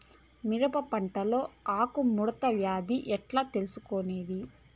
మిరప పంటలో ఆకు ముడత వ్యాధి ఎట్లా తెలుసుకొనేది?